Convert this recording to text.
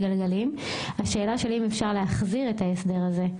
היא האם אפשר להחזיר את ההסדר הזה.